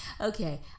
Okay